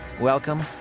Welcome